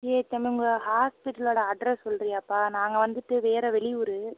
சரி தம்பி உங்களோடய ஹாஸ்பிட்டலோடய அட்ரெஸ் சொல்கிறியாப்பா நாங்கள் வந்துட்டு வேறு வெளியூர்